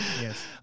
Yes